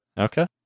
Okay